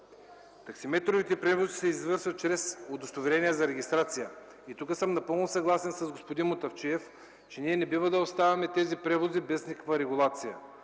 Таксиметровите превози се извършват чрез удостоверения за регистрация. Тук съм напълно съгласен с господин Мутафчиев, че не бива да оставяме тези превози без никаква регулация.